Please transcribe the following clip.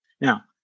Now